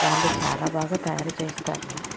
వాళ్ళు చాలా బాగా తయారు చేస్తారు